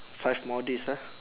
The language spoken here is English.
five more days ah